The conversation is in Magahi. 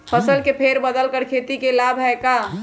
फसल के फेर बदल कर खेती के लाभ है का?